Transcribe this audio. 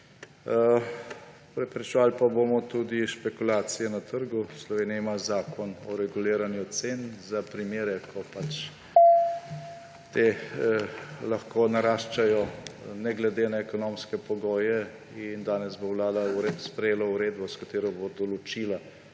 Preprečevali pa bomo tudi špekulacije na trgu. Slovenija ima zakon o reguliranju cen za primere, ko te lahko naraščajo ne glede na ekonomske pogoje. Danes bo Vlada sprejela uredbo, s katero bo določila